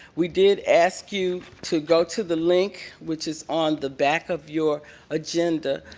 we did ask you to go to the link, which is on the back of your agenda,